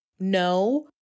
No